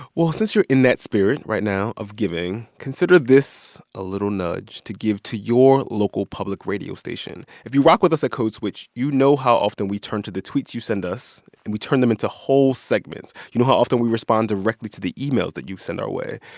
well, since you're in that spirit right now of giving, consider this a little nudge to give to your local public radio station if you rock with us at code switch, you know how often we turn to the tweets you send us, and we turn them into whole segments. you know how often we respond directly to the emails that you send our way.